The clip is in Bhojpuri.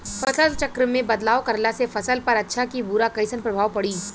फसल चक्र मे बदलाव करला से फसल पर अच्छा की बुरा कैसन प्रभाव पड़ी?